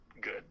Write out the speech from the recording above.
good